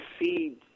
see